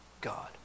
God